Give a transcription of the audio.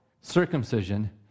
circumcision